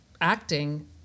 acting